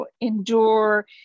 endure